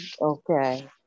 Okay